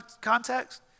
context